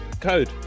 code